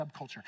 subculture